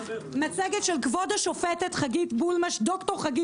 מצגת של כבוד השופטת ד"ר חגית בולמש.